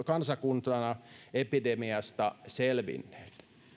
kansakuntana epidemiasta selvinneet